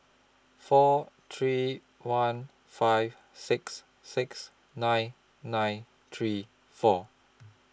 four three one five six six nine nine three four